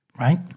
right